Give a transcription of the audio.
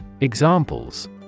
Examples